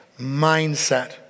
mindset